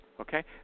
okay